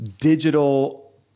digital